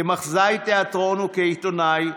כמחזאי תיאטרון וכעיתונאי,